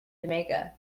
jamaica